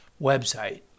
website